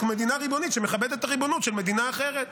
מדינה ריבונית שמכבדת את הריבונות של מדינה אחרת.